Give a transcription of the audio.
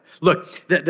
Look